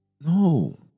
No